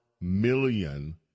million